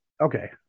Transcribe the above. Okay